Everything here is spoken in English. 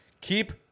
keep